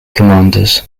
commanders